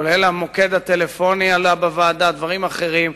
כולל המוקד הטלפוני ודברים אחרים.